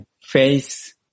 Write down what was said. face